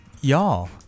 y'all